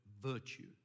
virtue